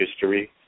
history